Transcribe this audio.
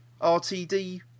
RTD